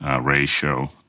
ratio